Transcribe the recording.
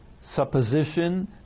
supposition